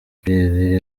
pierre